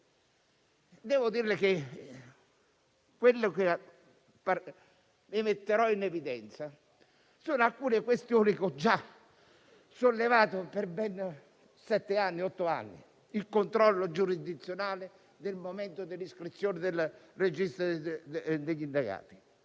non funziona. Quelle che metterò in evidenza sono alcune questioni che ho già sollevato per ben otto anni: il controllo giurisdizionale al momento dell'iscrizione nel registro degli indagati.